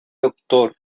doctor